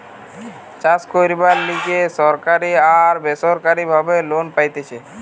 চাষ কইরার লিগে সরকারি আর বেসরকারি ভাবে লোন পাইতেছি